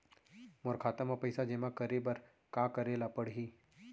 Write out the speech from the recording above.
मोर खाता म पइसा जेमा करे बर का करे ल पड़ही?